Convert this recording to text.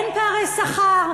אין פערי שכר?